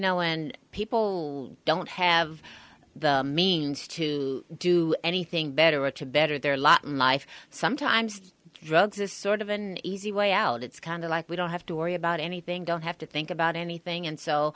know when people don't have the means to do anything better or to better their lot in life sometimes drugs is sort of an easy way out it's kind of like we don't have to worry about anything don't have to think about anything and so